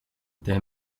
their